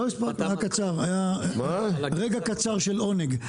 לא הספקתי, היה רגע קצר של עונג.